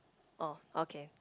oh okay